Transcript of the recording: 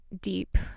deep